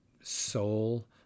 soul